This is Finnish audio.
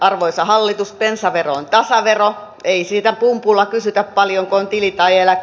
arvoisa hallitus bensavero on tasavero ei sitä pumpulla kysytä paljonko on tili tai eläke